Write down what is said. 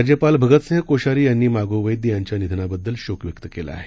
राज्यपालभगतसिंहकोश्यारीयांनीमागोवैद्ययांच्यानिधनाबद्दलशोकव्यक्तकेलाआहे